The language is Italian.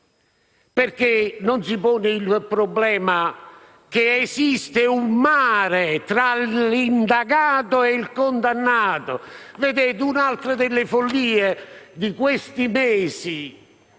e non si pone il problema che esiste un mare tra l'indagato e il condannato. Un'altra delle follie di questi mesi